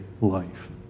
life